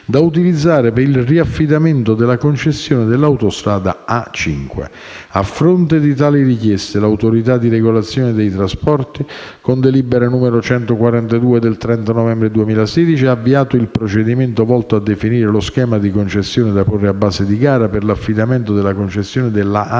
da utilizzare per il riaffidamento della concessione dell'autostrada A5. A fronte di tali richieste l'Autorità di regolazione dei trasporti, con delibera n. 142 del 30 novembre 2016, ha avviato il procedimento volto a definire lo schema di concessione da porre a base di gara per l'affidamento della concessione della